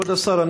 כבוד השר,